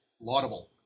laudable